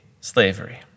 slavery